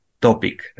topic